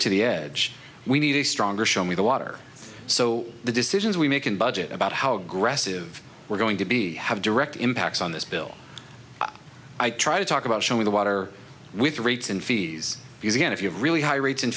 to the edge we need a stronger show me the water so the decisions we make in budget about how aggressive we're going to be have direct impacts on this bill i try to talk about showing the water with rates and fees because again if you have really high rates